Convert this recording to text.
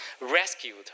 rescued